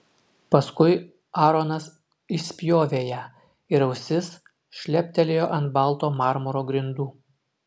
paskui aaronas išspjovė ją ir ausis šleptelėjo ant balto marmuro grindų